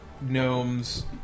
gnomes